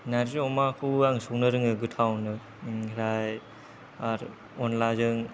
नारजि अमाखौबो आं संनो रोङो गोथावनो ओमफ्राय आरो अनलाजों